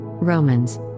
Romans